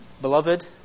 Beloved